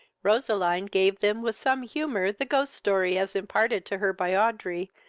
roseline gave them with some humour the ghost-story, as imparted to her by audrey,